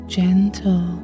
gentle